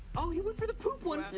oh, he went for the poop one!